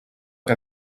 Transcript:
que